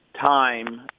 time –